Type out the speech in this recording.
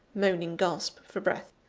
moaning gasp for breath.